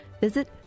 Visit